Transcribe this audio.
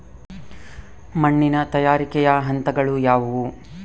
ಮಣ್ಣಿನ ತಯಾರಿಕೆಯ ಹಂತಗಳು ಯಾವುವು?